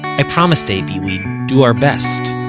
i promised abie we'd do our best